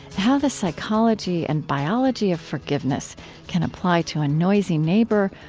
how the psychology and biology of forgiveness can apply to a noisy neighbor,